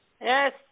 Yes